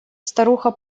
старуха